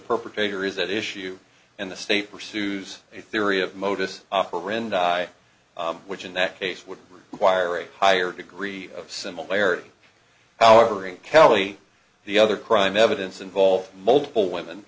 perpetrator is at issue and the state pursues a theory of modus operandi which in that case would require a higher degree of similarity powering calley the other crime evidence involves multiple women